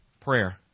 prayer